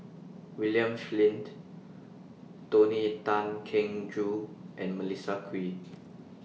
William Flint Tony Tan Keng Joo and Melissa Kwee